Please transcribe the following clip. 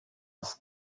das